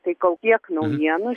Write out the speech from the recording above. tai kol tiek naujienų